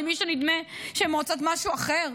למי שנדמה שהן רוצות משהו אחר?